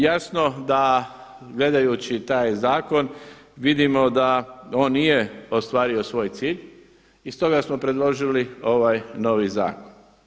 Jasno da gledajući taj zakon vidimo da on nije ostvario svoj cilj i stoga smo predložili ovaj novi zakon.